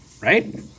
Right